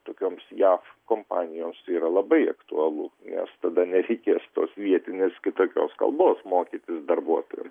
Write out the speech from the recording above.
tokioms jav kompanijoms tai yra labai aktualu nes tada nereikės tos vietinės kitokios kalbos mokytis darbuotojam